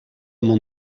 mon